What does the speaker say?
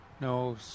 No